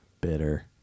bitter